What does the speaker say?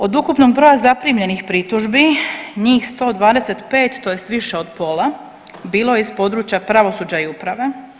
Od ukupnog broja zaprimljenih pritužbi njih 125, tj. više od pola bilo je iz područja pravosuđa i uprave.